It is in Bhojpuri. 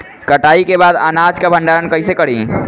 कटाई के बाद अनाज का भंडारण कईसे करीं?